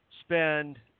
spend